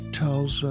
tells